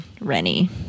Rennie